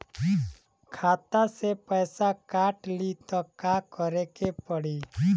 खाता से पैसा काट ली त का करे के पड़ी?